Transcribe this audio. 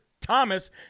Thomas